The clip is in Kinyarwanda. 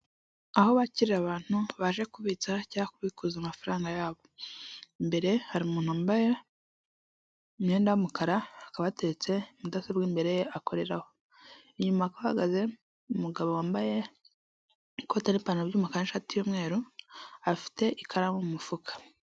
Aho bakirira abantu baje kubitsa cyangwa kubikuza amafaranga y'abo, imbere hari umuntu wambaye imyenda y'umukara, akaba yateretse mudasobwa imbere ye akoreraho, inyuma hakaba hahagaze umugabo wambaye ikote n'ipantaro by'umukara n'ishati y'umweru, afite ikaramu mu mufuka.